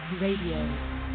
Radio